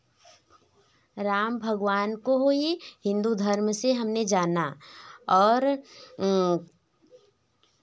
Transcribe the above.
राम भगवान को हो ही हिंदू धर्म से हमने जाना और